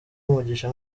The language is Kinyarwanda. umugisha